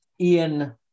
Ian